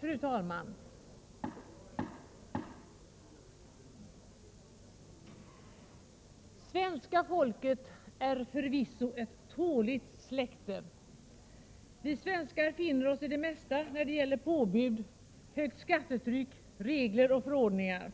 Fru talman! Svenska folket är förvisso ett tåligt släkte. Vi svenskar finner oss i det mesta när det gäller påbud, högt skattetryck, regler och förordningar.